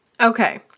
Okay